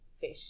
fish